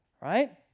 right